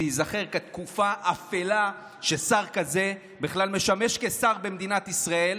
זה ייזכר כתקופה אפלה ששר כזה בכלל משמש כשר במדינת ישראל,